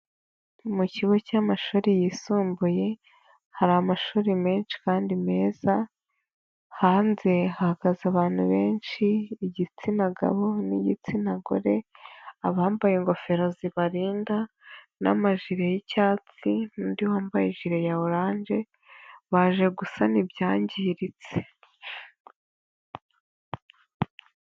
Mu kigo cy'amashuri yisumbuye, hari amashuri menshi kandi meza, hanze hahagaze abantu benshi, igitsina gabo n'igitsina gore, abambaye ingofero zibarinda n'amajiri y'icyatsi n'undi wambaye jire ya orange, baje gusana ibyangiritse.